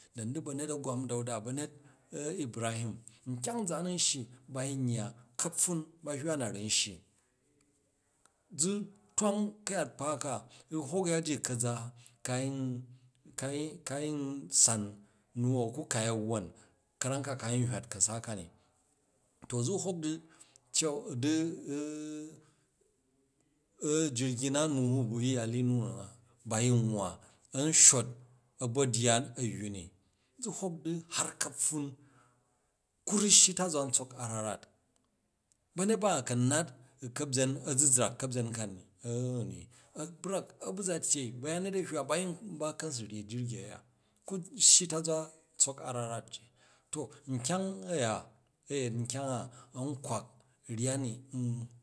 Da ni di ba̱nyet a̱gwam dauda, ba̱ nyet ibrahim, nkyang nzaan a̱n shyi ba yin yya ka̱pffun ba hywa na ni n shyi, za twang ka̱yat kpa ka u̱ hok yan ji ka̱za ka yin, ka yi ka yin san nuhu a̱ ku kai a̱ wwon ka̱ram ka ka yin hywat ka̱sa ka ni, to zu hwok di jirgi na nuhu bi hyali nu ba̱ yin nwwa an shot a̱gbadya a̱yya ni, zu horok du har ka̱pffun ku ru shyi nta̱zwa ntsok a̱rarat, ba̱nyet ba kan nat u ka̱byen, a̱zuzrak ka̱byen ka ni, a brak a bu̱ za tyyeli ba̱y anyet a hywa ba ka̱n so rryi jirgi a̱ya ku shyi ntazwa ntsok a̱ra̱rat ji to nkyang a̱ya a̱ yet nkyang an kwak ryya ni n.